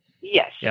Yes